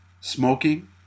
smoking